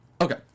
okay